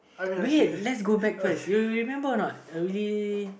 wait let's go back first you remember a not we